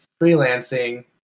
freelancing